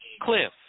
Cliff